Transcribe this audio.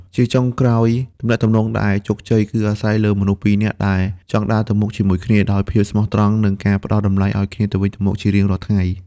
ជាចុងក្រោយ ទំនាក់ទំនងដែលជោគជ័យគឺអាស្រ័យលើមនុស្សពីរនាក់ដែលចង់ដើរទៅមុខជាមួយគ្នា ដោយភាពស្មោះត្រង់ និងការផ្ដល់តម្លៃឱ្យគ្នាទៅវិញទៅមកជារៀងរាល់ថ្ងៃ។